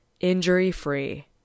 injury-free